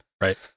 Right